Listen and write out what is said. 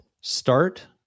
start